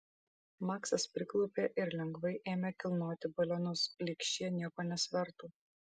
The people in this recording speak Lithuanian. maksas priklaupė ir lengvai ėmė kilnoti balionus lyg šie nieko nesvertų